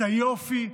את היופי,